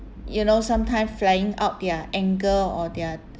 you know sometime flying out their anger or their